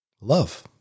love